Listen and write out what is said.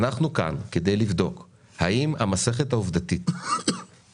אנחנו כאן כדי לבדוק האם המסכת העובדתית נבדקה